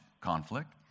conflict